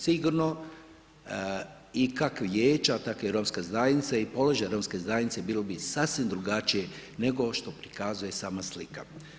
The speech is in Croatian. Sigurno i kako vijeća tako i romska zajednica, položaj romske zajednice, bili bi sasvim drugačije nego što prikazuje sama slika.